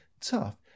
tough